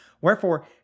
Wherefore